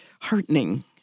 heartening